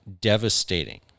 devastating